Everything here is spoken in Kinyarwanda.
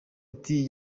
ati